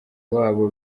babo